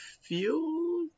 feel